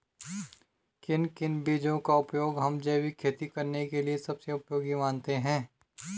किन किन बीजों का उपयोग हम जैविक खेती करने के लिए सबसे उपयोगी मानते हैं?